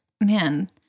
Man